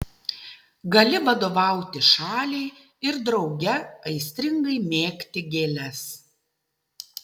gali vadovauti šaliai ir drauge aistringai mėgti gėles